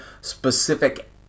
specific